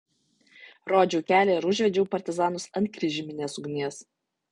rodžiau kelią ir užvedžiau partizanus ant kryžminės ugnies